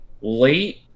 Late